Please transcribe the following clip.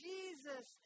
Jesus